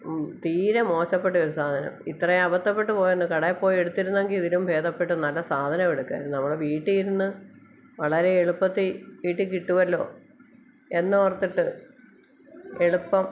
തീരെ മോശപ്പെട്ടൊരു ഒരു സാധനം ഇത്രയേ അബദ്ധപ്പെട്ടു പോയെന്നു കടെ പോയ് എടുത്തിരുന്നെങ്കിൽ ഇതിലും ഭേദപ്പെട്ട് നല്ല സാധനം എടുക്കാമായിരുന്നു നമ്മൾ വീട്ടിലിരുന്നു വളരെ എളുപ്പത്തിൽ വീട്ടിൽ കിട്ടുമല്ലോ എന്നോർത്തിട്ട് എളുപ്പം